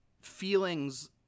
feelings